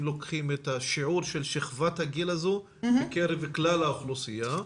אם לוקחים את השיעור של שכבת הגיל הזו מקרב כלל האוכלוסייה,